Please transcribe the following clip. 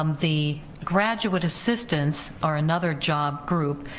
um the graduate assistants are another job group,